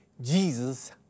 Jesus